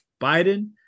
Biden